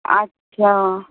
আচ্ছা